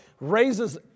raises